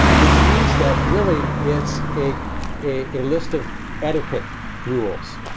which means that really it's a a a list of etiquette rules.